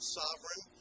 sovereign